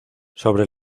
sobre